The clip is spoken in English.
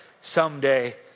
someday